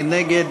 מי נגד?